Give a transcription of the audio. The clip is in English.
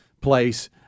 place –